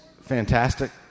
fantastic